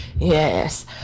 Yes